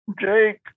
Jake